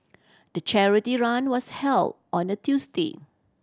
the charity run was held on a Tuesday